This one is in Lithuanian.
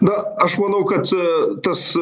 na aš manau kad tas